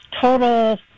total